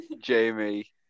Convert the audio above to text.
Jamie